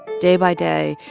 day by day,